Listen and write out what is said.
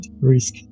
risk